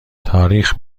تاریخ